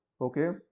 okay